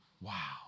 Wow